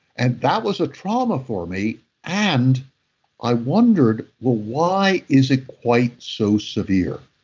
and that was a trauma for me and i wondered well, why is it quite so severe?